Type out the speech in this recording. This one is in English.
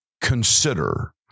consider